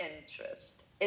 interest